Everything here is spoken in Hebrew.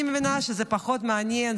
אני מבינה שזה פחות מעניין,